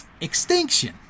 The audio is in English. extinction